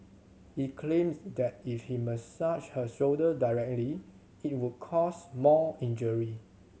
he claimed that if he massaged her shoulder directly it would cause more injury